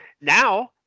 now